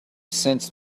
sensed